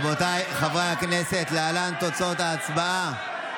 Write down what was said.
רבותיי חברי הכנסת, להלן תוצאות ההצבעה.